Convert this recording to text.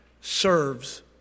serves